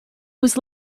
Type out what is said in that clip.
was